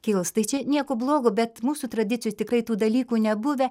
kils tai čia nieko blogo bet mūsų tradicijoj tikrai tų dalykų nebuvę